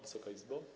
Wysoka Izbo!